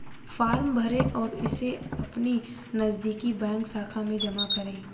form भरें और इसे अपनी नजदीकी बैंक शाखा में जमा करें